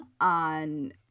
on